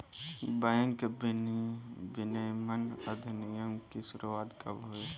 Bank विनियमन अधिनियम की शुरुआत कब हुई?